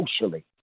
socially